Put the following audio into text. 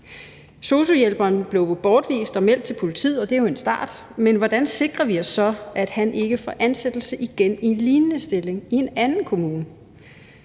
Sosu-hjælperen blev bortvist og meldt til politiet, og det er jo en start, men hvordan sikrer vi os så, at han ikke får ansættelse igen i en lignende stilling i en anden kommune?